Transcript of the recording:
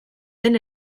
den